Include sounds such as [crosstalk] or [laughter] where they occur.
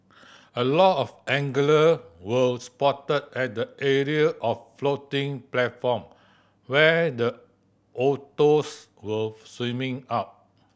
[noise] a lot of angler were spotted at the area of the floating platform where the otters were swimming up